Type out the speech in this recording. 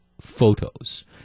photos